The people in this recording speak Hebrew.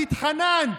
את התחננת,